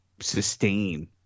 sustain